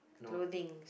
clothing